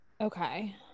Okay